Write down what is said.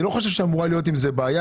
אני לא חושב שאמורה להיות עם זה בעיה,